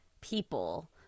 people